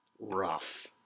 rough